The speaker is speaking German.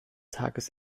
tages